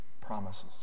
promises